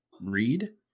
read